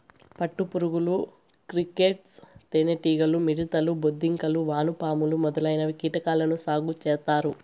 పట్టు పురుగులు, క్రికేట్స్, తేనె టీగలు, మిడుతలు, బొద్దింకలు, వానపాములు మొదలైన కీటకాలను సాగు చేత్తారు